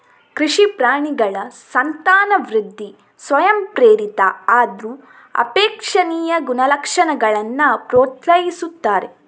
ಕೃಷಿ ಪ್ರಾಣಿಗಳ ಸಂತಾನವೃದ್ಧಿ ಸ್ವಯಂಪ್ರೇರಿತ ಆದ್ರೂ ಅಪೇಕ್ಷಣೀಯ ಗುಣಲಕ್ಷಣಗಳನ್ನ ಪ್ರೋತ್ಸಾಹಿಸ್ತಾರೆ